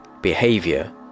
behavior